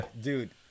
Dude